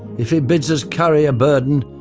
if he bids us carry a burden,